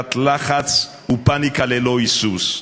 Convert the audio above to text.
ביצירת לחץ ופניקה ללא היסוס.